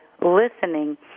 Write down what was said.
listening